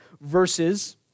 verses